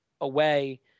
away